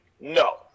no